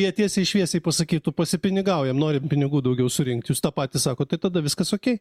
jie tiesiai šviesiai pasakytų pasipinigaujam norim pinigų daugiau surinkt jūs tą patį sakot tai tada viskas ok